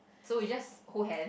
so we just hold hand